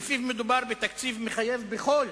ולפיו מדובר בתקציב מחייב בכל